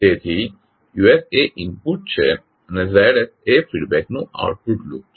તેથી U એ input છે અને Z એ ફીડબેક લૂપનું આઉટપુટ છે